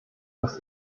dass